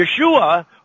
Yeshua